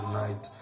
night